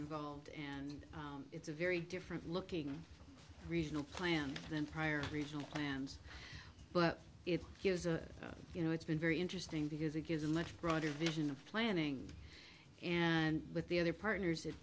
involved and it's a very different looking regional plan than prior regional plans but it has a you know it's been very interesting because it gives a much broader vision of planning and with the other partners it